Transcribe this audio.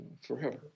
forever